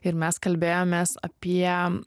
ir mes kalbėjomės apie